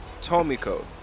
Tomiko